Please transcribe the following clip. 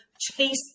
chase